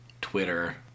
Twitter